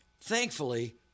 Thankfully